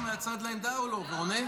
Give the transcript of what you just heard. זו הודעה אישית.